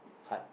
heart